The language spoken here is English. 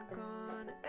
gone